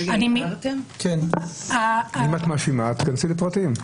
--- אם את מאשימה אז תיכנסי לפרטים,